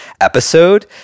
episode